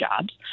jobs